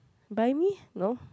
buy me no